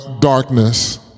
darkness